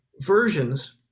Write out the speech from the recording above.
versions